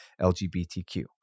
LGBTQ